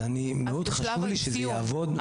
אז מאוד חשוב לי שזה יעבוד --- אז בשלב האפיון.